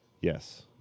Yes